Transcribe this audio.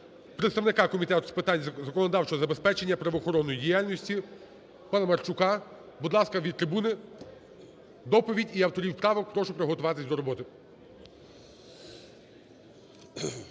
представника Комітету з питань законодавчого забезпечення правоохоронної діяльності Паламарчука. Будь ласка, від трибуни доповідь. І авторів правок прошу приготувати до роботи.